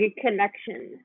connection